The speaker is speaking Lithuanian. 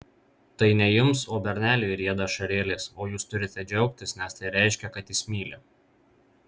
tai ne jums o berneliui rieda ašarėlės o jūs turite džiaugtis nes tai reiškia kad jis myli